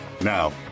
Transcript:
Now